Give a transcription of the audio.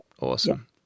Awesome